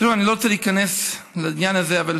תראו, אני לא רוצה להיכנס לעניין הזה, אבל